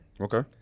Okay